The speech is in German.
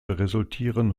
resultieren